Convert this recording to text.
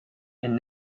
and